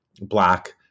black